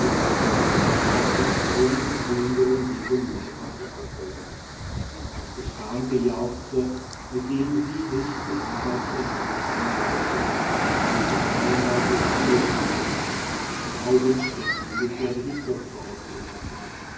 die sich aus dem freudigen grün der umgebung lebhaft abhoben das geschrei und gejauchze mit dem sie sich die arbeit zu erleichtern glaubten hallte meilenweit durch die lüfte schnaubend streckten nilpferde die köpfe aus dem wasser